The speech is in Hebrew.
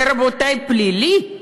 זה, רבותי, פלילי.